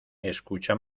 escucha